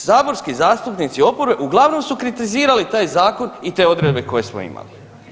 Saborski zastupnici oporbe uglavnom su kritizirali taj zakon i te odredbe koje smo imali.